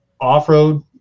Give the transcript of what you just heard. off-road